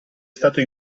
stato